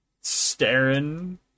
staring